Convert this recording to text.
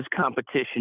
competition